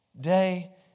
day